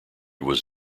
was